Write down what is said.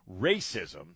Racism